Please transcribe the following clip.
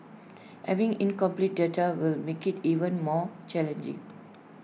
having incomplete data will make IT even more challenging